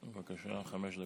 בבקשה, חמש דקות.